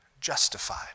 justified